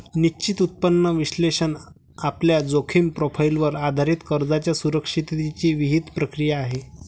निश्चित उत्पन्न विश्लेषण आपल्या जोखीम प्रोफाइलवर आधारित कर्जाच्या सुरक्षिततेची विहित प्रक्रिया आहे